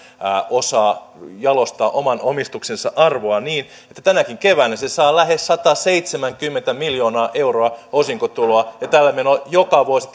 osaa jalostaa oman omistuksensa arvoa niin että tänäkin keväänä se saa lähes sataseitsemänkymmentä miljoonaa euroa osinkotuloa ja tällä menolla joka vuosi